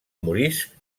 moriscs